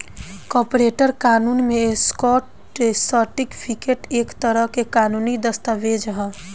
corporate कानून में, stock certificate एक तरह के कानूनी दस्तावेज ह